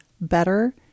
better